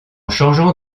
changeant